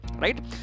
right